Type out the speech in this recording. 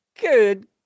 Good